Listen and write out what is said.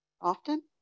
often